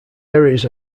areas